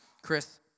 Chris